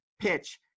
PITCH